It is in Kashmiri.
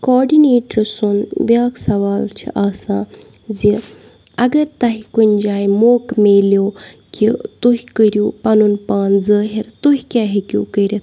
کاڈِنیٹرٕ سُنٛد بیٚاکھ سوال چھُ آسان زِ اگر تۄہہِ کُنہِ جایہِ موقعہٕ میلیٚو کہِ تُہۍ کٔرِو پَنُن پان ظٲہر تُہۍ کیٛاہ ہیٚکِو کٔرِتھ